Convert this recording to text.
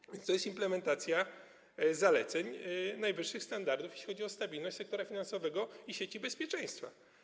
Stanowi to implementację zaleceń, najwyższych standardów, jeśli chodzi o stabilność sektora finansowego i sieci bezpieczeństwa.